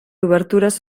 obertures